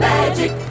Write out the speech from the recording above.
Magic